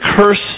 Cursed